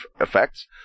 effects